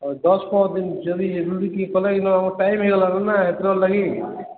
ଦଶ ପନ୍ଦର ଦିନ ଯଦି ଏମିତି ଟିକେ କଲେନ ଟାଇମ୍ ହେଇଗଲାନ୍ ନା ବିହାଘର ଲାଗି